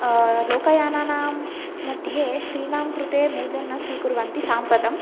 लोकयानानां मध्ये स्त्रीणां कृते मूल्यं न स्वीकुर्वन्ति साम्प्रतं